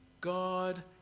God